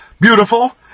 beautiful